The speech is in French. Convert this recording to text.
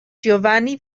giovanni